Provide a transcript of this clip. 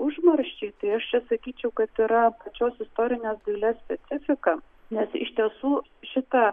užmarščiai tai aš čia sakyčiau kad yra pačios istorinės dailės specifika nes iš tiesų šita